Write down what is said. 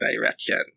direction